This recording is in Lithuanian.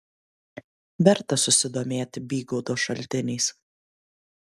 verta susidomėti bygaudo šaltiniais